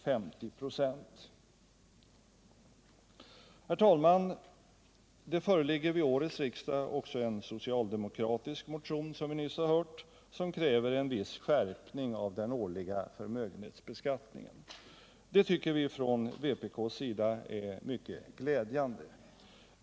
Herr talman! Det föreligger vid årets riksdag också en socialdemokratisk motion, som vi nyss har hört, i vilken krävs en viss skärpning av den årliga förmögenhetsbeskattningen. Det tycker vi från vpk:s sida är mycket glädjande.